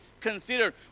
consider